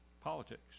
Politics